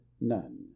none